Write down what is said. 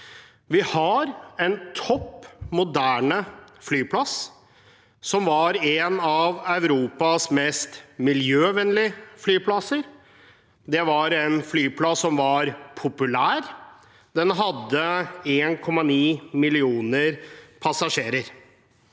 Vi har en toppmoderne flyplass som var en av Europas mest miljøvennlige flyplasser. Det var en flyplass som var populær. Den hadde 1,9 millioner passasjerer.